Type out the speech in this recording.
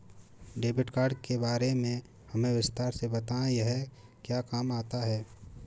Debit card के बारे में हमें विस्तार से बताएं यह क्या काम आता है?